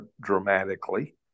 dramatically